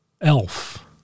Elf